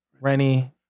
Rennie